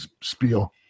spiel